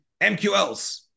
mqls